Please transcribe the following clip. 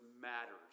matters